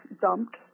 dumped